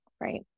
Right